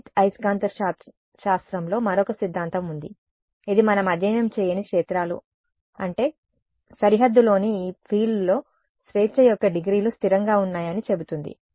విద్యుదయస్కాంత శాస్త్రంలో మరొక సిద్ధాంతం ఉంది ఇది మనం అధ్యయనం చేయని క్షేత్రాలు అంటే సరిహద్దులోని ఈ ఫీల్డ్లో స్వేచ్ఛ యొక్క డిగ్రీలు స్థిరంగా ఉన్నాయని చెబుతుంది